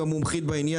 והיא המומחית בעניין.